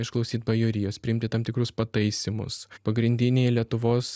išklausyti bajorijos priimti tam tikrus pataisymus pagrindiniai lietuvos